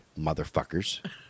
motherfuckers